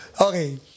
Okay